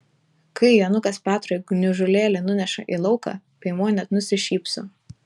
kai jonukas petrui gniužulėlį nuneša į lauką piemuo net nusišypso